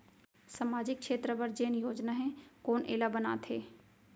सामाजिक क्षेत्र बर जेन योजना हे कोन एला बनाथे?